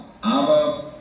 aber